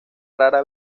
rara